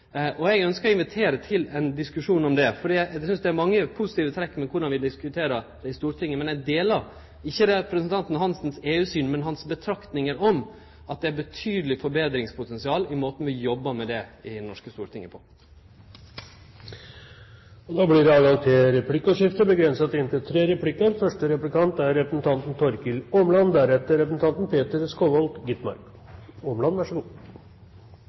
Eg ønskjer å invitere til ein diskusjon om det. Eg synest det er mange positive trekk ved korleis vi diskuterer det i Stortinget, men eg deler representanten Svein Roald Hansen sine betraktningar – ikkje synet hans på EU – når det gjeld at det er eit betydeleg forbetringspotensial i måten vi jobbar med dette på i Det norske storting. Det blir replikkordskifte. Jeg har et spørsmål til